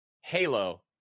halo